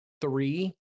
three